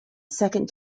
second